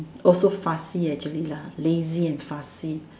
also fussy actually lah lazy and fussy